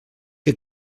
que